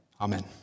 Amen